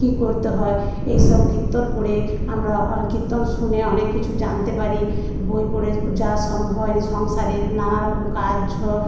কি করতে হয় এসব কীর্তন করে আমরা কীর্তন শুনে অনেককিছু জানতে পারি বই পরে যা সম্ভব হয়নি সংসারের নানারকম কাজ